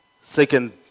Second